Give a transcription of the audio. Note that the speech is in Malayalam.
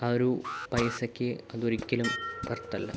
ആ ഒരു പൈസക്ക് അത് ഒരിക്കലും വർത്ത് അല്ല